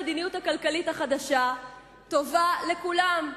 המדיניות הכלכלית החדשה טובה לכולם,